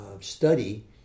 study